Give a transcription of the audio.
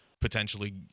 potentially